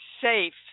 safe